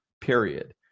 period